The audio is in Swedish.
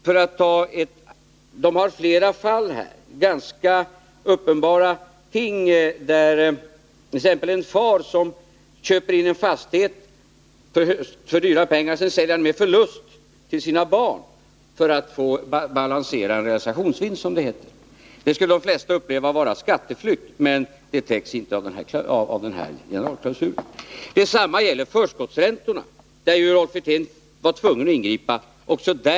För att ta ett av flera ganska uppenbara fall kan jag nämna ett exempel, där en far köper in en fastighet för stora pengar och sedan säljer den med förlust till sina barn för att få, som det heter, en balanserad realisationsvinst. Detta skulle de flesta beteckna som skatteflykt, men det fallet täcks inte av generalklausulen. Detsamma gäller förskottsräntorna, som Rolf Wirtén var tvungen att ingripa mot.